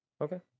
Okay